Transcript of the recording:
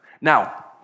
Now